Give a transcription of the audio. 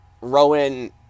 Rowan